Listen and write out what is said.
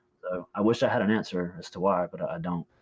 so i wish i had an answer as to why, but i don't.